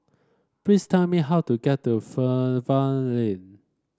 please tell me how to get to Fernvale Lane